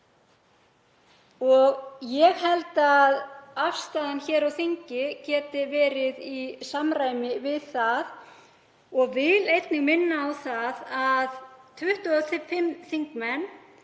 og ég held að afstaðan hér á þingi geti verið í samræmi við það. Ég vil einnig minna á að 25 þingmenn